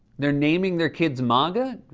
they're naming their kids maga?